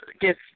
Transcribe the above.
get